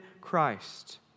Christ